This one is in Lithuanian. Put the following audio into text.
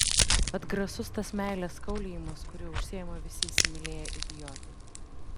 atgrasus tas meilės kaulijimas kuriuo užsiima visi įsimylėję idiotai